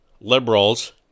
liberals